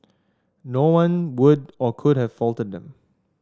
no one would or could have faulted them